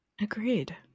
Agreed